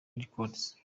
records